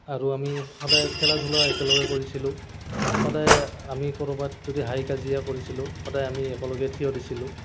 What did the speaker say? আৰু আমি সদায় খেলা ধূলাও একেলগে কৰিছিলোঁ সদায় আমি ক'ৰবাত যদি হাই কাজিয়া কৰিছিলোঁ সদায় আমি একেলগে থিয় দিছিলোঁ